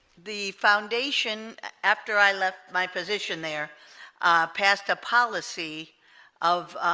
the foundation after i left my position there passed a policy of